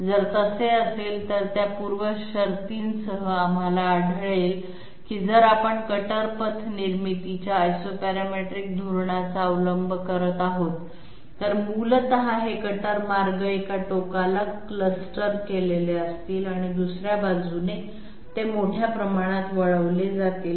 जर तसे असेल तर त्या पूर्व शर्तीसह आम्हाला आढळेल की जर आपण कटर पथ निर्मितीच्या Isoparametric धोरणाचा अवलंब करत आहोत तर मूलत हे कटर मार्ग एका टोकाला क्लस्टर केलेले असतील आणि दुसर्या बाजूने ते मोठ्या प्रमाणात वळवले जातील